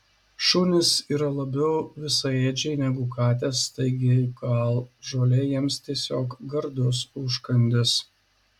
šunys yra labiau visaėdžiai negu katės taigi gal žolė jiems tiesiog gardus užkandis